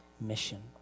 mission